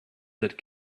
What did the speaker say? that